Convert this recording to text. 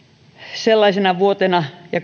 sellaisena vuotena ja